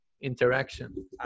interaction